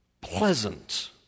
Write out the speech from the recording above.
pleasant